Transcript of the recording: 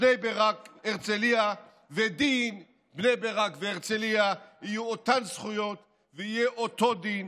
בני ברק והרצליה ודין בני ברק והרצליה יהיו אותן זכויות ויהיה אותו דין.